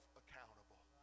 accountable